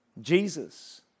Jesus